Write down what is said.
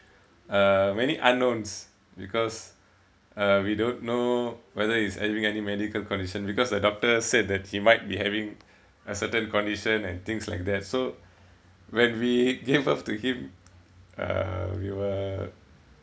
uh many unknowns because uh we don't know whether he's having any medical condition because the doctor said that he might be having a certain condition and things like that so when we gave birth to him uh we were